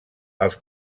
els